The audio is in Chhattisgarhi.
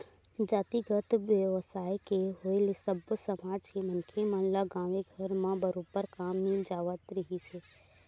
जातिगत बेवसाय के होय ले सब्बो समाज के मनखे मन ल गाँवे घर म बरोबर काम मिल जावत रिहिस हे